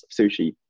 sushi